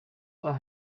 are